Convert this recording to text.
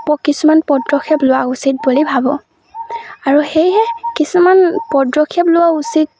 কিছুমান পদক্ষেপ লোৱা উচিত বুলি ভাবোঁ আৰু সেয়েহে কিছুমান পদক্ষেপ লোৱা উচিত